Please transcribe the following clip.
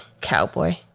cowboy